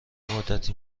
مدتی